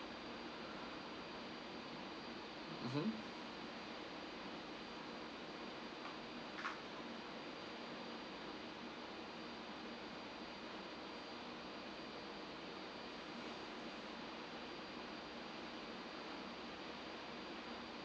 mmhmm